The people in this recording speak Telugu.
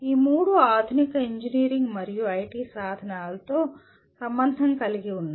ఈ మూడు ఆధునిక ఇంజనీరింగ్ మరియు ఐటి సాధనాలతో సంబంధం కలిగి ఉన్నాయి